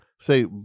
Say